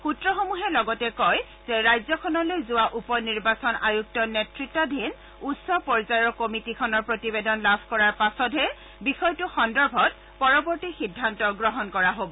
সূত্ৰসমূহে লগতে কয় যে ৰাজ্যখনলৈ যোৱা উপ নিৰ্বাচন আয়ুক্ত নেতৃতাধীন উচ্চ পৰ্যায়ৰ কমিটিখনৰ প্ৰতিবেদন লাভ কৰাৰ পাছতহে বিষয়টো সন্দৰ্ভত পৰৱৰ্তী সিদ্ধান্ত গ্ৰহণ কৰা হব